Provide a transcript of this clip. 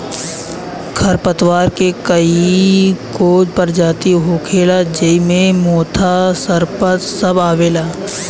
खर पतवार के कई गो परजाती होखेला ज़ेइ मे मोथा, सरपत सब आवेला